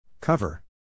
Cover